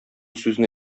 сүзне